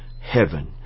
heaven